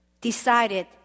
decided